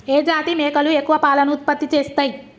ఏ జాతి మేకలు ఎక్కువ పాలను ఉత్పత్తి చేస్తయ్?